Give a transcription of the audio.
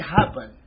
happen